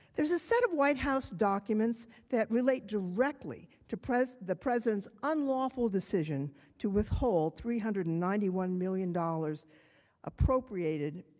there is a set of white house documents that relate directly to the president's unlawful decision to withhold three hundred and ninety one million dollars appropriated